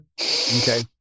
Okay